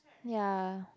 ya